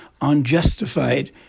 unjustified